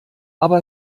aber